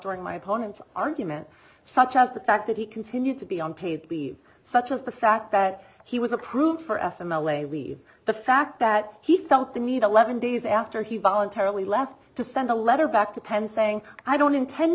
during my opponent's argument such as the fact that he continued to be on paid leave such as the fact that he was approved for f m l a we the fact that he felt the need eleven days after he voluntarily left to send a letter back to penn saying i don't intend